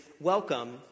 Welcome